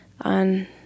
on